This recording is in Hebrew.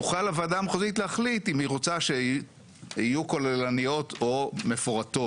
תוכל הוועדה המחוזית להחליט אם היא רוצה שיהיו כוללניות או מפורטות.